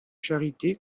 charité